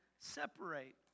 separate